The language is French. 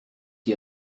qui